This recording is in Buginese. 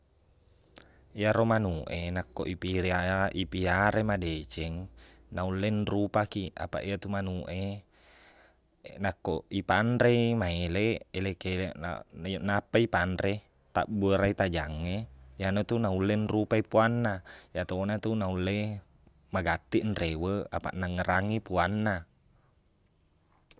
Iyaro manuq e nakko ipiliaya- ripiara i madeceng naulle nrupakiq apaq iyetu manuq e nakoq ipanrei maeleq eleq-keleq na- nai- nappai panre tabburre tajang e iyena tu nulle nrupai puanna iyatona tu naulle magattiq reweq apaq nangngerrangi puanna